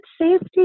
safety